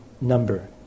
number